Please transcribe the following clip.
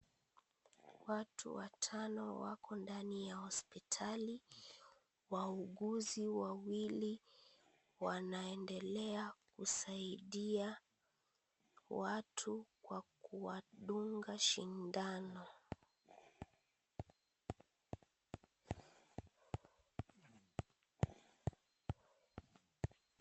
Watu watano wako ndani ya hospitali. Wauguzi wawili wanaendelea kusaidia watu kwa kuwadunga sindano.